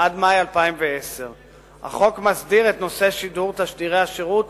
עד מאי 2010. החוק מסדיר את נושא שידור תשדירי השירות